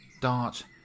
dart